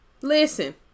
Listen